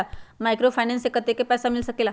Microfinance से कतेक पैसा मिल सकले ला?